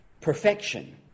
perfection